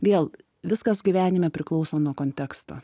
vėl viskas gyvenime priklauso nuo konteksto